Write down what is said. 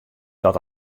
dat